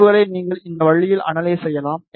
முடிவுகளை நீங்கள் இந்த வழியில் அனலைஸ் செய்யலாம்